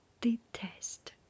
detest